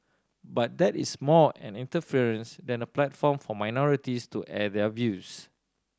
but that is more an inference than a platform for minorities to air their views